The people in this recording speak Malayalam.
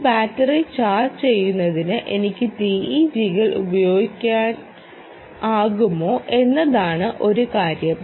ഒരു ബാറ്ററി ചാർജ് ചെയ്യുന്നതിന് എനിക്ക് TEG കൾ ഉപയോഗിക്കാനാകുമോ എന്നതാണ് ഒരു കാര്യം